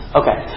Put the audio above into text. okay